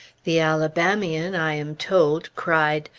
the alabamian i am told cried,